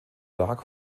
dark